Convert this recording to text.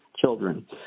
children